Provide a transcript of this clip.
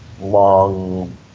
long